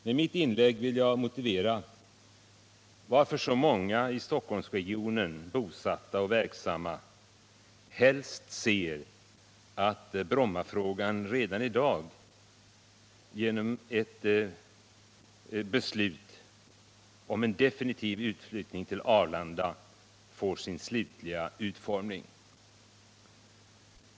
Med mitt inlägg vill jag motivera varför så många i Stockholmsregionen bosatta och verksamma helst ser att Brommafrågan redan i dag genom ett beslut om en definitiv utflyttning till Arlanda får sin slutliga utformning.